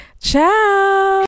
Ciao